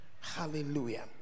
Hallelujah